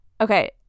Okay